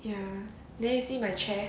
ya then you see my chair